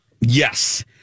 yes